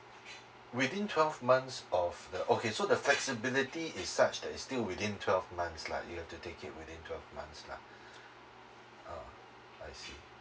within twelve months of the okay so the flexibility is such that is still within twelve months lah you have to take it within twelve months lah oh I see